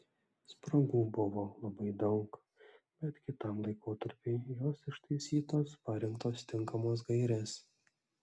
spragų buvo labai daug bet kitam laikotarpiui jos ištaisytos parengtos tinkamos gairės